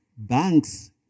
Banks